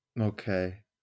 Okay